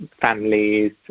families